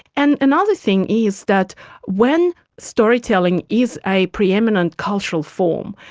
and another thing is that when storytelling is a pre-eminent cultural form,